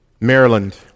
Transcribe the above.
Maryland